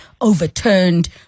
overturned